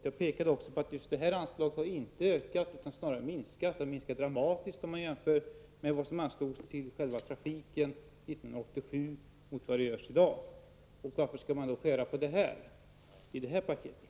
Jag pekade också på att anslaget inte har ökat, utan snarare minskat dramatiskt om man jämför med vad som anslogs till själva trafiken 1987 mot vad som görs i dag. Varför skall man skära ned på detta i regeringens paket?